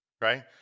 right